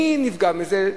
מי נפגע מזה?